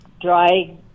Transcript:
dry